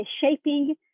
shaping